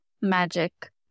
magic